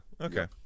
okay